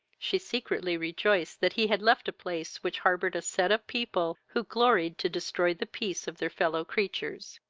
she secretly rejoiced that he had left a place which harboured a set of people who gloried to destroy the peace of their fellow-creatures.